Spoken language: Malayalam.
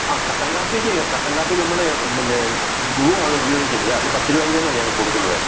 ആ കട്ടൻകാപ്പിക്ക് കട്ടൻകാപ്പി നമ്മളെ പിന്നെ ബ്രൂ ആണ് ഉപയോഗിക്കുന്നത് അത് പത്ത് രൂപയ്ക്ക് തന്നെയാണ് ഞങ്ങൾ കൊടുക്കുന്നത്